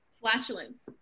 Flatulence